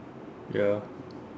ya